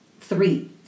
Three